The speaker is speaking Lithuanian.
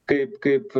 kaip kaip